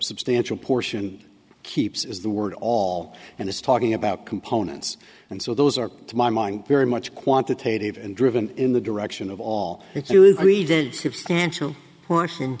substantial portion keeps is the word all and is talking about components and so those are to my mind very much quantitative and driven in the direction of all